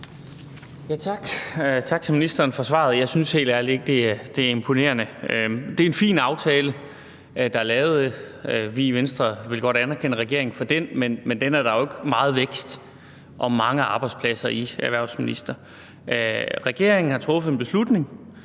Tak til ministeren for svaret. Jeg synes helt ærligt ikke, det er imponerende. Det er en fin aftale, der er lavet. Vi i Venstre vil godt anerkende regeringen for den, men den er der jo ikke meget vækst og mange arbejdspladser i, erhvervsminister. Regeringen har truffet en beslutning